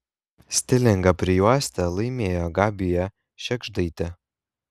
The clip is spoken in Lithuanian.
stilingą prijuostę laimėjo gabija šėgždaitė